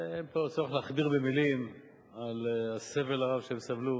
ופה אין צורך להכביר מלים על הסבל הרב שהם סבלו,